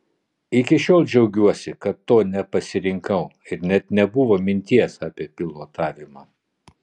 iki šiol džiaugiuosi kad to nepasirinkau ir net nebuvo minties apie pilotavimą